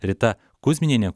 rita kuzminiene